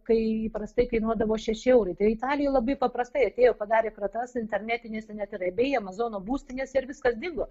kai įprastai kainuodavo šeši eurai tai italoj labai paprastai atėjo padarė kratas internetinėse net ir ebay amazono būstinėse ir viskas dingo